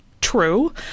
true